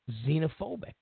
xenophobic